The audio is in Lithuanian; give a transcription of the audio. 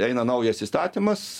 eina naujas įstatymas